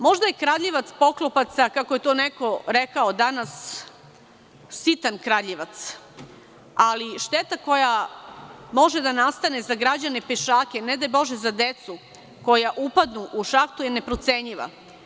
Možda je kradljivac poklopaca, kako je to neko rekao danas, sitan kradljivac, ali šteta koja može da nastane za građane, pešake, ne daj Bože za decu koja upadnu u šahtu je neprocenljiva.